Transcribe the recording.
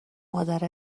مادر